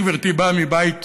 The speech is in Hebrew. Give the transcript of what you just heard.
אני, גברתי, בא מבית